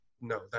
No